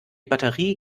batterie